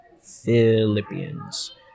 Philippians